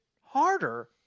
harder